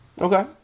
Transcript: Okay